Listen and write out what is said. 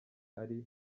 ari